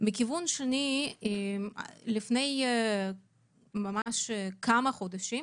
דבר שני, לפני כמה חודשים